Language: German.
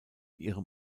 ihrem